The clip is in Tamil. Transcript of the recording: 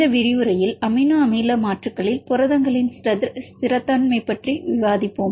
இந்த விரிவுரையில் அமினோ அமில மாற்றுகளில் புரதங்களின் ஸ்திரத்தன்மை பற்றி விவாதிப்போம்